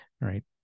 right